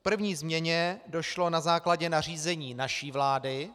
K první změně došlo na základě nařízení naší vlády.